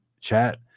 chat